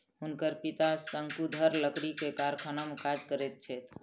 हुनकर पिता शंकुधर लकड़ी के कारखाना में काज करैत छथि